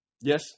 Yes